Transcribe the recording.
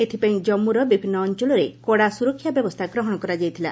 ଏଥିପାଇଁ କମ୍ମୁର ବିଭିନ୍ନ ଅଞ୍ଚଳରେ କଡ଼ା ସୁରକ୍ଷା ବ୍ୟବସ୍ଥା ଗ୍ରହଣ କରାଯାଇଥିଲା